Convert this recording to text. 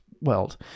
world